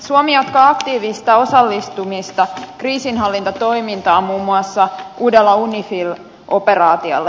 suomi jatkaa aktiivista osallistumista kriisinhallintatoimintaan muun muassa uudella unifil operaatiolla